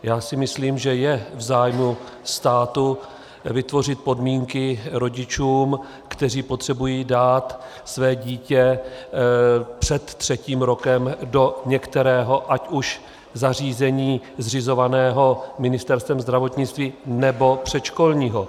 Já si myslím, že je v zájmu státu vytvořit podmínky rodičům, kteří potřebují dát své dítě před třetím rokem do některého zařízení ať už zřizovaného Ministerstvem zdravotnictví, nebo předškolního.